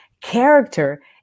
Character